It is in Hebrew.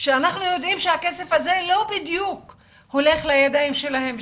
כי אנחנו יודעים שהכסף הזה לא בדיוק הולך לידיים שלהם.